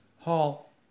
hall